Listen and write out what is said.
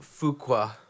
Fuqua